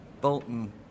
Bolton